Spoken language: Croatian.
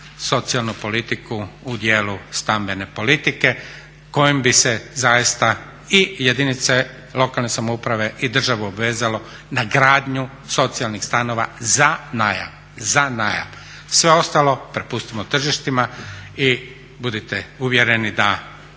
socijalnu politiku u dijelu stambene politike kojom bi se zaista i jedinice lokalne samouprave i državu obvezalo na gradnju socijalnih stanova za najam. Sve ostalo prepustimo tržištima i budite uvjereni da